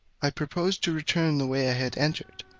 i proposed to return the way i had entered,